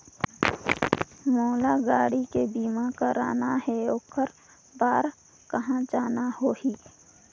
मोला गाड़ी के बीमा कराना हे ओकर बार कहा जाना होही?